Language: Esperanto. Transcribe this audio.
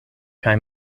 kaj